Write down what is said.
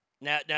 Now